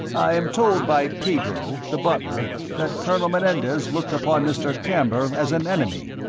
i am told by pedro, the butler, that colonel menendez looked upon mr. camber as an enemy,